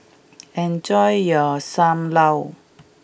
enjoy your Sam Lau